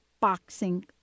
boxing